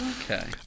Okay